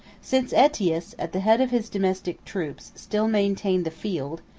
since aetius, at the head of his domestic troops, still maintained the field,